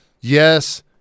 yes